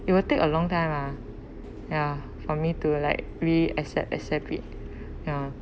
it will take a long time lah ya for me to like really accept accept it ya